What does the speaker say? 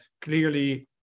clearly